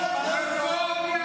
לא הבנתי,